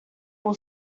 all